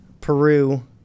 Peru